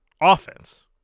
offense